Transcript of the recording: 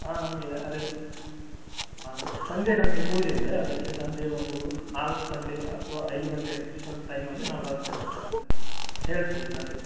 ಹಾಂ ನಮಗೆ ಅದೆ ಹಾಂ ಸಂಜೆ ನಮಗೆ ಪೂಜೆ ಇದೆ ಅದಕ್ಕೆ ಸಂಜೆ ಒಂದು ನಾಲ್ಕು ಗಂಟೆ ಅಥವಾ ಐದು ಗಂಟೆ ಅಷ್ಟು ಟೈಮಲ್ಲಿ ನಾವು ಬರ್ತೇವೆ ಹೇಳ್ತೇವೆ ಇಲ್ಲಂದ್ರೆ